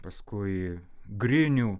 paskui grinių